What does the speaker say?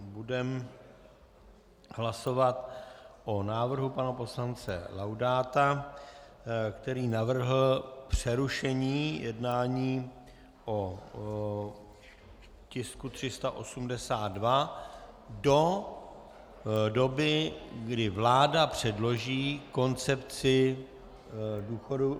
Budeme hlasovat o návrhu pana poslance Laudáta, který navrhl přerušení jednání o tisku 382 do doby, kdy vláda předloží koncepci důchodů.